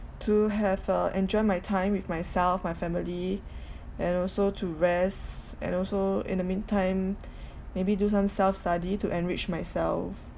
to have uh enjoy my time with myself my family and also to rest and also in the meantime maybe do some self study to enrich myself